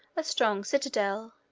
a strong citadel,